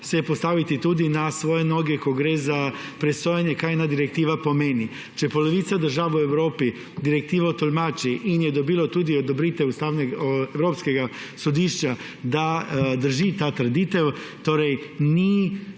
postaviti tudi na svoje noge, ko gre za presojanje, kaj ena direktiva pomeni. Če polovica držav v Evropi direktivo tolmači in je dobila tudi odobritev Evropskega sodišča, da drži ta trditev, torej ni